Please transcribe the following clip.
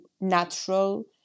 natural